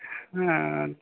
हँ